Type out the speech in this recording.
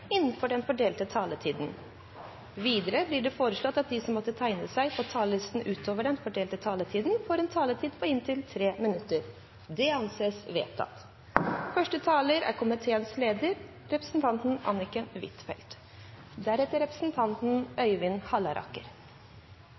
innenfor den fordelte taletid. Videre blir det foreslått at de som måtte tegne seg på talerlisten utover den fordelte taletid, får en taletid på inntil 3 minutter. – Det anses vedtatt. Vi er